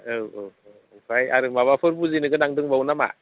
औ औ औ ओमफ्राय आरो माबाफोर बुजिनो गोनां दंबावो नामा